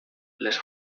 les